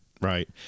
right